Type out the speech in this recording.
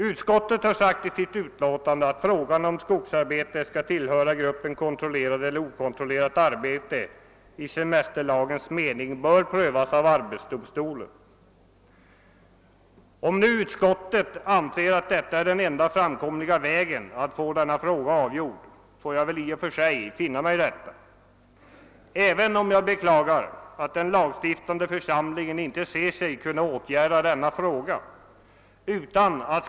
Utskottet har i sitt utltåtande framhållit, att frågan om skogsarbete skall tillhöra gruppen kontrollerat eller okontrollerat arbete i semesterlagens mening bör. prövas av arbetsdomstolen. Om nu utskottet anser att detta är den enda framkomliga vägen att avgöra frågan får jag väl finna mig i detta, även om jag beklagar att den lagstiftande församlingen inte anser sig kunna vidta åtgärder.